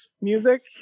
music